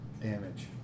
Damage